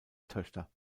töchter